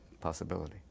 possibility